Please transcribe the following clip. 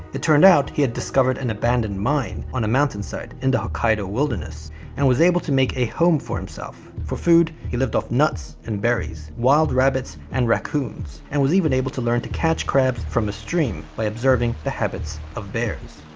it turned out he had discovered an abandoned mine on a mountainside in the hokkaido wilderness and was able to make a home for himself. for food he lived off nuts and berries, wild rabbits and raccoons, and was even able to learn to catch crabs from a stream by observing the habits of bears.